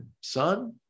son